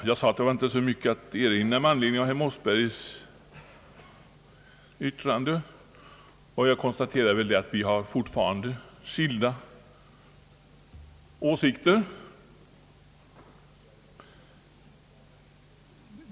Jag sade att det inte finns så mycket att erinra med anledning av herr Mossbergers yttrande. Jag konstaterar bara att vi fortfarande har skilda åsikter.